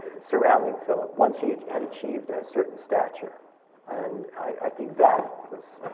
surrounding philip once he had achieved a certain stature and i think that was,